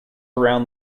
around